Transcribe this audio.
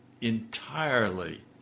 entirely